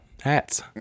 hats